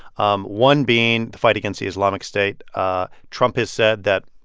um one being the fight against the islamic state. ah trump has said that,